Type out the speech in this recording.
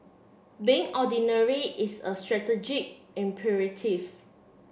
being ordinary is a strategic imperative